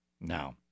Now